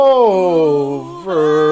over